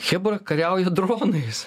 chebra kariauja dronais